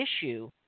issue